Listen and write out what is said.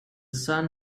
sun